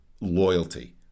loyalty